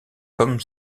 comme